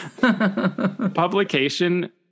publication